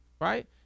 right